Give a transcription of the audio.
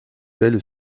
telle